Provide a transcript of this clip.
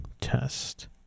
test